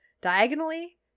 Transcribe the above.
Diagonally